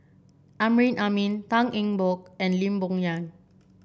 Amrin Amin Tan Eng Bock and Lee Boon Yang